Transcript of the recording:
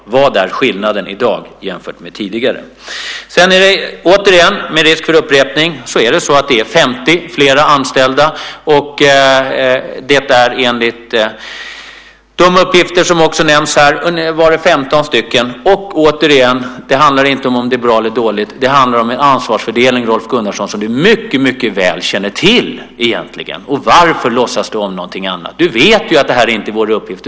Vad är skillnaden i dag jämfört med tidigare? Med risk för upprepning måste jag återigen säga att det är 50 fler anställda. Det är enligt de uppgifter som också nämns här 15 årsarbetskrafter. Det handlar återigen om det är bra eller dåligt. Det handlar om en ansvarsfördelning som Rolf Gunnarsson egentligen mycket väl känner till. Varför låtsas du som någonting annat? Du vet ju att det här inte är vår uppgift.